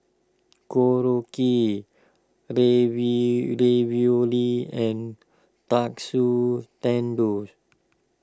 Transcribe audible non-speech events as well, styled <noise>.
Korokke <unintelligible> Ravioli and Katsu Tendon